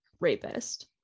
rapist